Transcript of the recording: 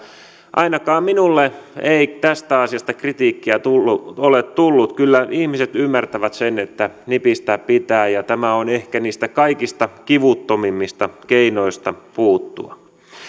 ainakaan minulle ei tästä asiasta kritiikkiä ole tullut kyllä ihmiset ymmärtävät sen että nipistää pitää ja tämä on ehkä niistä kaikista kivuttomimmista keinoista puuttua